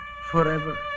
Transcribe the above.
forever